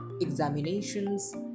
examinations